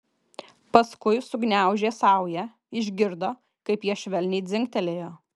paskui sugniaužė saują išgirdo kaip jie švelniai dzingtelėjo